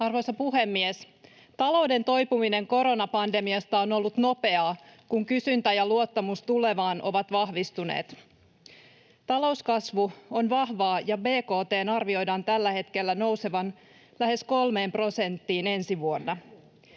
Arvoisa puhemies! Talouden toipuminen koronapandemiasta on ollut nopeaa, kun kysyntä ja luottamus tulevaan ovat vahvistuneet. Talouskasvu on vahvaa, ja tällä hetkellä bkt:n arvioidaan nousevan lähes 3 prosenttiin ensi vuonna.